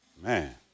Man